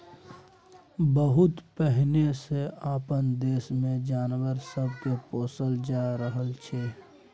बहुत पहिने सँ अपना देश मे जानवर सब के पोसल जा रहल छै